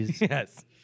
yes